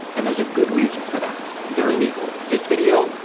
and there's a good reason for that. they're illegal. this video,